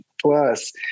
plus